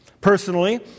Personally